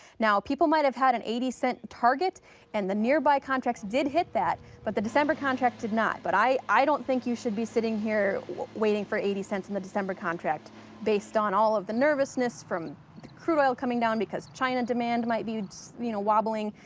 now, people might have had an eighty cent target and the nearby contracts did hit that, but the december contract did not. but i i don't think you should be sitting here waiting for eighty cents in the december contract. based on all of the nervousness from the crude oil coming down because china demand might be you know wobbling,